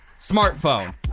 smartphone